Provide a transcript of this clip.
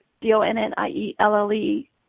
D-O-N-N-I-E-L-L-E